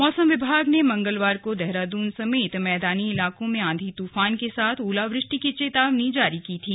मौसम विभाग ने मंगलवार को देहरादून समेत मैदानी इलाकों में आंधी तूफान के साथ ओलावृष्टि की चेतावनी जारी की थी